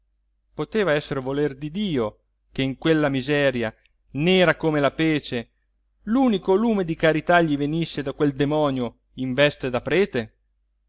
poteva esser volere di dio che in quella miseria nera come la pece l'unico lume di carità gli venisse da quel demonio in veste da prete